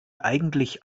eigentlich